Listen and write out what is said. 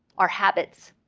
our habits,